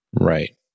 Right